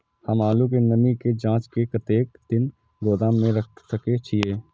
हम आलू के नमी के जाँच के कतेक दिन गोदाम में रख सके छीए?